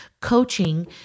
Coaching